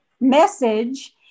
message